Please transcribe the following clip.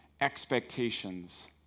expectations